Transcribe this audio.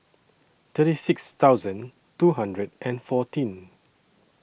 thirty six thousand two hundred and fourteen